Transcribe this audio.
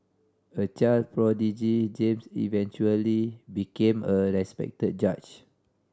a child prodigy James eventually became a respected judge